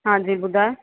हांजी ॿुधायो